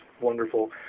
wonderful